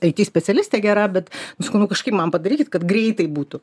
aity specialistė gera bet sakau nu kažkaip man padarykit kad greitai būtų